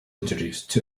introduced